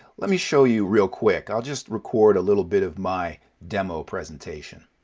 let me show you real quick. i'll just record a little bit of my demo presentation.